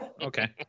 Okay